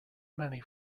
many